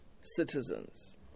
citizens